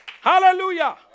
Hallelujah